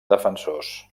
defensors